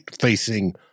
facing